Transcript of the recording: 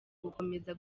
gukomeza